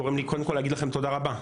דבר שגורם לי קודם כול להגיד לכם תודה רבה.